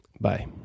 Bye